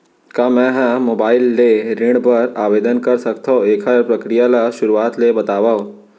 का मैं ह मोबाइल ले ऋण बर आवेदन कर सकथो, एखर प्रक्रिया ला शुरुआत ले बतावव?